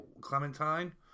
clementine